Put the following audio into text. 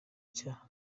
cyaha